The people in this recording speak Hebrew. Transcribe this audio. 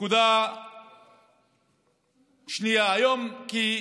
נקודה שנייה: היום נפגשנו,